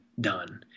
done